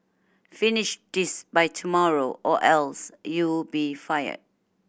finish this by tomorrow or else you'll be fired